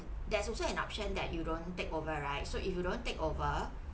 there's also an option that you don't take over right so if you don't take over